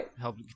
help